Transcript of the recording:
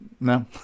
No